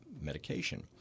medication